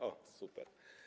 O, super.